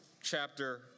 chapter